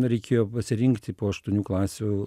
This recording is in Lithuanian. reikėjo pasirinkti po aštuonių klasių